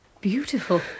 beautiful